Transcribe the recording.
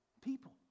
people